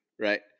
right